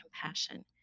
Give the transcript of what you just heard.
compassion